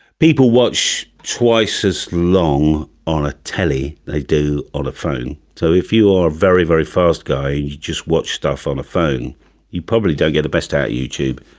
people watch twice as long on a telly they do on a phone so if you are very very fast guy just watched off on a phone you probably don't get the best out youtube.